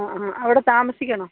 ആ ആ അവിടെ താമസിക്കണോ